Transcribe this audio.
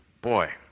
Boy